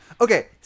Okay